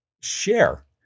share